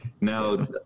Now